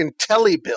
IntelliBuild